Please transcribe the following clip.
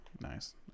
Nice